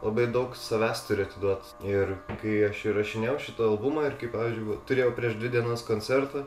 labai daug savęs turi atiduot ir kai aš įrašinėjau šitą albumą ir kai pavyzdžiui turėjau prieš dvi dienas koncertą